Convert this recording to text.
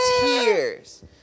tears